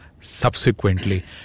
subsequently